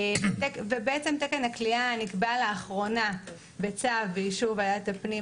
ובעצם תקן הכליאה נקבע לאחרונה בצו באישור ועדת הפנים,